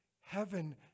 heaven